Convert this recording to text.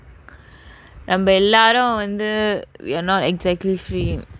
நம்ம எல்லாரும் வந்து:namma ellaarum vanthu we're not exactly free